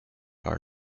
are